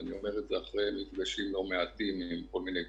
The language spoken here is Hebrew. ואני אומר את זה אחרי מפגשים לא מעטים עם כל מיני גורמים.